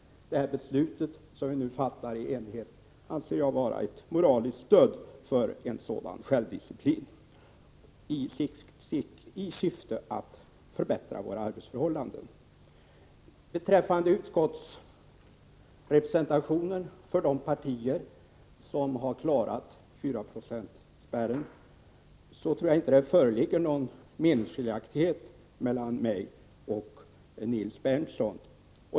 Det beslut som vi nu fattar i enighet anser jag vara ett moraliskt stöd för självdisciplin i syfte att förbättra våra arbetsförhållanden. Beträffande utskottsrepresentationen för de partier som har klarat 4 procentsspärren tror jag inte att det föreligger någon meningskiljaktighet mellan mig och Nils Berndtson.